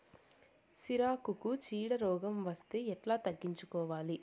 సిరాకుకు చీడ రోగం వస్తే ఎట్లా తగ్గించుకోవాలి?